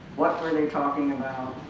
what were they talking about